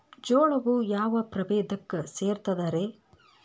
ಜೋಳವು ಯಾವ ಪ್ರಭೇದಕ್ಕ ಸೇರ್ತದ ರೇ?